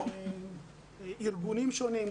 ארגונים שונים,